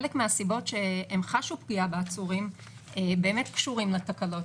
חלק מהסיבות שהם חשו פגיעה בעצורים באמת קשורות לתקלות.